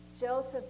Joseph